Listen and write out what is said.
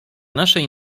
naszej